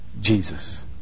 Jesus